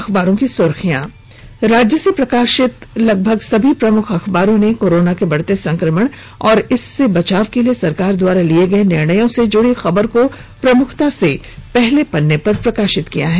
अखबारों की सुर्खियां राज्य से प्रकाशित सभी प्रमुख अखबारों ने कोरोना के बढ़ते संक्रमण और इससे बचाव के लिए सरकार द्वारा लिए गए निर्णयों से जुड़ी खबर को प्रमुखता से पहले पन्ने पर प्रकाशित किया है